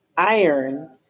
iron